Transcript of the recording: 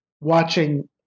watching